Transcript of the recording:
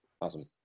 awesome